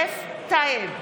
יוסף טייב,